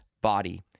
body